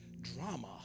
drama